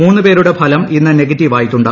മൂന്ന് പേരുടെ ഫലം ഇന്ന് നെഗറ്റീവായിട്ടുണ്ട്